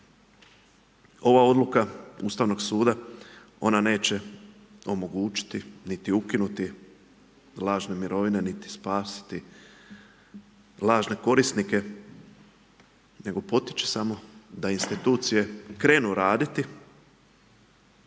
Ova Odluka Ustavnog suda, ona neće omogućiti niti ukinuti lažne mirovine niti spasiti lažne korisnike, nego potiče samo da institucije krenu raditi,